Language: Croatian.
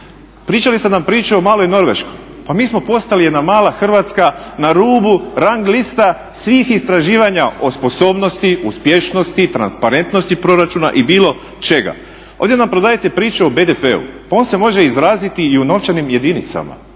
Pričali ste nam priče o maloj Norveškoj. Pa mi smo postali jedna mala Hrvatska na rubu rang lista svih istraživanja o sposobnosti, uspješnosti, transparentnosti proračuna i bilo čega. Ovdje nam prodajete priču o BDP-u. Pa on se može izraziti i u novčanim jedinicama.